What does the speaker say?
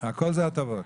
הכול זה הטבות.